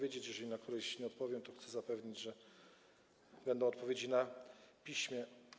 Jeżeli na któreś nie odpowiem, to chcę zapewnić, że będą odpowiedzi na piśmie.